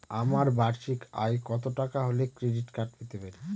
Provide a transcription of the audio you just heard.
আমার বার্ষিক আয় কত টাকা হলে ক্রেডিট কার্ড পেতে পারি?